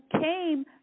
came